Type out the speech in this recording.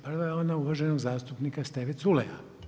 Prva je ona uvaženog zastupnika Steve Culeja.